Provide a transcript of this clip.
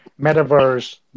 metaverse